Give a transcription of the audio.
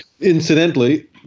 Incidentally